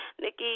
Nikki